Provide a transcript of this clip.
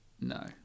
no